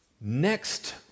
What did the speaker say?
Next